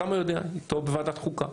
אוסאמה יודע, הייתי איתו בוועדת חוקה.